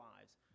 lives